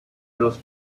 los